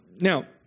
Now